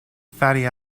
fatty